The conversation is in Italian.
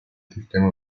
sistema